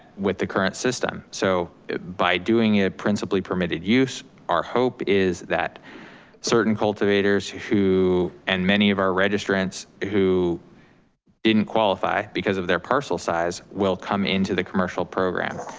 with the current system. so by doing it, principally permitted use, our hope is that certain cultivators who, and many of our registrants, who didn't qualify because of their parcel size will come into the commercial program.